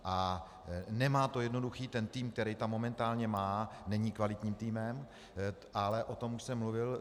A nemá to jednoduché, ten tým, který tam momentálně má, není kvalitním týmem, ale o tom už jsem mluvil.